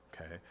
okay